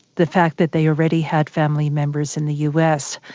the fact that they already had family members in the us.